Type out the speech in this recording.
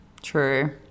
True